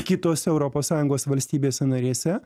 kitose europos sąjungos valstybėse narėse